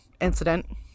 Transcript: Incident